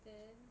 then